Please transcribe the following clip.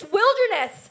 wilderness